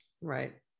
Right